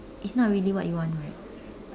it's not really what you want right